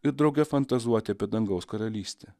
ir drauge fantazuoti apie dangaus karalystę